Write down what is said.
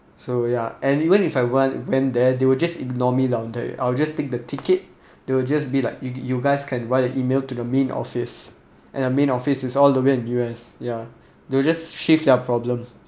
so ya and even if I went went there they will just ignore me down there I will just take the ticket they will just be like you guys can write an email to the main office and main office is all the way in the U_S ya they will just shift their problems